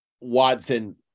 Watson